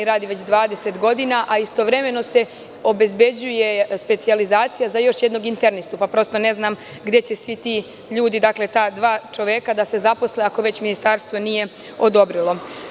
Radi već 20 godina, a istovremeno se obezbeđuje specijalizacija za još jednog internistu, pa prosto ne znam gde će svi ti ljudi, dakle, ta dva čoveka da se zaposle, ako već Ministarstvo nije odobrilo?